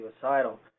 suicidal